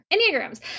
Enneagrams